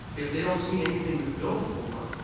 if they don't see anything to build for,